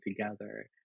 together